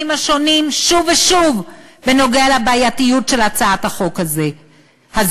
השונים שוב ושוב בנוגע לבעייתיות של הצעת החוק הזו.